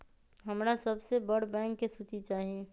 हमरा सबसे बड़ बैंक के सूची चाहि